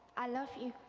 i love you.